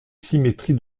symétrie